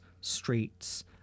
streets